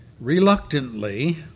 reluctantly